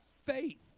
faith